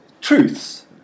truths